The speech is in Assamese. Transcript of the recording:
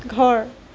ঘৰ